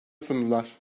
sundular